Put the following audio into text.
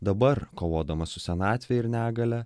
dabar kovodamas su senatve ir negalia